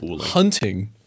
Hunting